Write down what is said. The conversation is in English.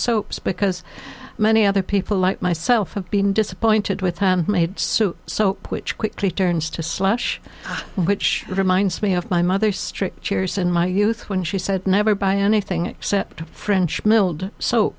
it's because many other people like myself have been disappointed with handmade so so which quickly turns to slush which reminds me of my mother strictures in my youth when she said never buy anything except french milled so